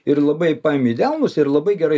ir labai paimi į delnus ir labai gerai